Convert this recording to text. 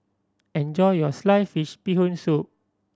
enjoy your sliced fish Bee Hoon Soup